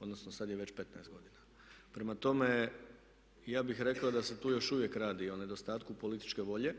odnosno sada je već 15 godina. Prema tome ja bih rekao da se tu još uvijek radi o nedostatku političke volje,